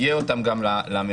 יהיו אותם גם לממשלה.